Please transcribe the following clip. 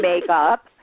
makeup